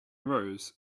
rows